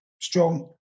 strong